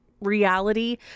reality